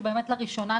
שבאמת לראשונה,